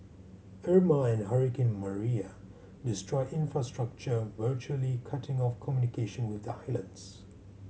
Irma and hurricane Maria destroyed infrastructure virtually cutting off communication with the islands